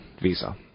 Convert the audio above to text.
Visa